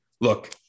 look